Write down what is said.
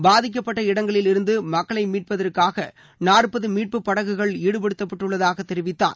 பாதிக்கப்பட்ட இடங்களில் இருந்து மக்களை மீட்பதற்காக நாற்பது மீட்புப் படகுகள் ஈடுபடுத்தப்பட்டுள்ளதாக தெரிவித்தார்